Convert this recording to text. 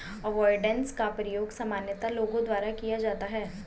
avoidance का प्रयोग सामान्यतः लोगों द्वारा किया जाता है